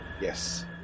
Yes